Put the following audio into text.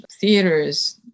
theaters